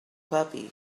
puppy